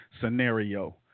scenario